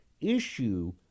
issue